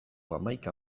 hamaika